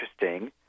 interesting